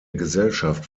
gesellschaft